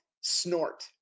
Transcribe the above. snort